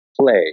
play